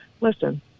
Listen